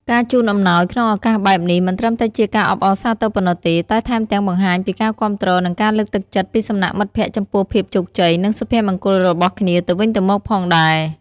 ការជូនអំណោយក្នុងឱកាសបែបនេះ មិនត្រឹមតែជាការអបអរសាទរប៉ុណ្ណោះទេ តែថែមទាំងបង្ហាញពីការគាំទ្រ និងការលើកទឹកចិត្តពីសំណាក់មិត្តភក្តិចំពោះភាពជោគជ័យ និងសុភមង្គលរបស់គ្នាទៅវិញទៅមកផងដែរ។